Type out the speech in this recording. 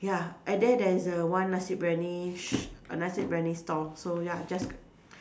ya at there there is a one nasi-biryani sh~ a nasi-biryani store so ya just